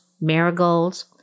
marigolds